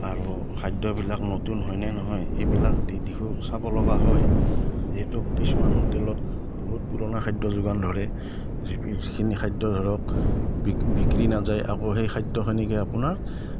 আৰু খাদ্যবিলাক নতুন হয়নে নহয় এইবিলাক দিশো চাব লগা হয় যিহেতু কিছুমান হোটেলত বহুত পুৰণা খাদ্য যোগান ধৰে যিখিনি খাদ্য ধৰক বিক্ৰী নাযায় আকৌ সেই খাদ্যখিনিকে আপোনাৰ